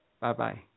Bye-bye